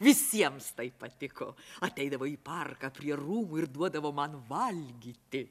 visiems tai patiko ateidavo į parką prie rūbų ir duodavo man valgyti